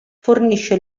fornisce